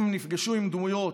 הם נפגשו עם דמויות,